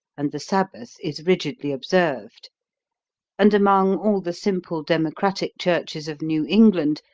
and the sabbath is rigidly observed and among all the simple democratic churches of new england,